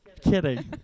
kidding